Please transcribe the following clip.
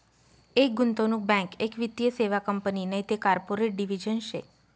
एक गुंतवणूक बँक एक वित्तीय सेवा कंपनी नैते कॉर्पोरेट डिव्हिजन शे